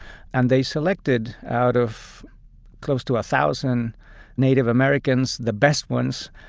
and they selected, out of close to a thousand native americans, the best ones,